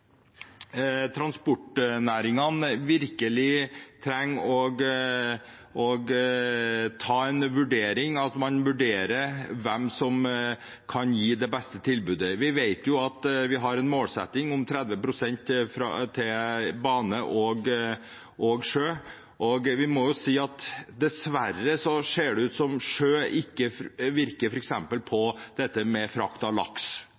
transportnæringen virkelig trenger å foreta en vurdering – at man vurderer hvem som kan gi det beste tilbudet. Vi vet at vi har en målsetting om 30 pst. på bane og sjø, og vi må jo si at dessverre ser det ut til at sjø ikke virker, f.eks. med hensyn til frakt av laks.